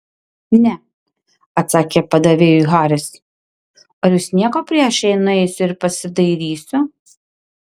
ne atsakė padavėjui haris ar jūs nieko prieš jei nueisiu ir pasidairysiu